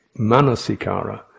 manasikara